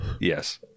Yes